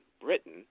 Britain